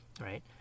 right